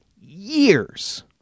years